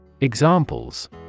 Examples